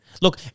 Look